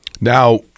Now